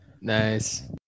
Nice